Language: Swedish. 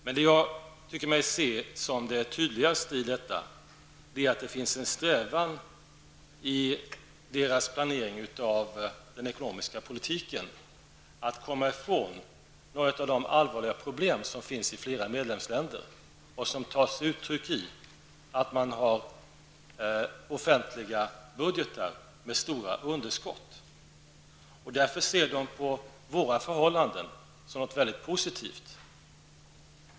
Men det som jag tycker mig se som det tydligaste i detta är att det finns en strävan i deras planering av den ekonomiska politiken att komma ifrån några av de allvarliga problem som finns i flera medlemsländer och som tar sig uttryck i att man har offentliga budgetar med stora underskott. Därför ser de på våra förhållanden som något mycket positivt.